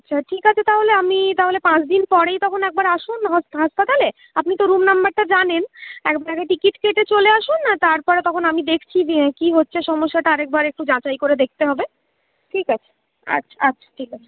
আচ্ছা ঠিক আছে তাহলে আমি তাহলে পাঁচদিন পরেই তখন একবার আসুন হাসপাতালে আপনি তো রুম নাম্বরটা জানেন একবারে টিকিট কেটে চলে আসুন আর তারপরে তখন আমি দেখছি যে কী হচ্ছে সমস্যাটা আরেকবার একটু যাচাই করে দেখতে হবে ঠিক আছে আচ্ছা আচ্ছা ঠিক আছে